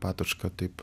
patočka taip